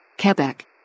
Quebec